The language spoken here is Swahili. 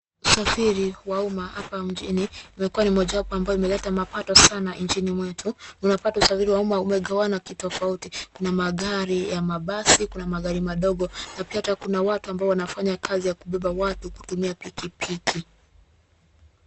Usafiri wa umma hapa mjini imekuwa ni mojawapo ambayo imeleta mapato sana nchini mwetu. Unapata usafiri wa umma umegawana kitofauti kuna magari ya mabasi, kuna magari madogo na pia hata kuna watu ambao wanafanya kazi ya kubeba watu kutumia pikipiki.